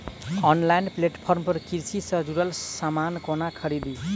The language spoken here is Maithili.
ऑनलाइन प्लेटफार्म पर कृषि सँ जुड़ल समान कोना खरीदी?